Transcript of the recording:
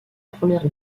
première